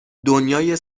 دنیای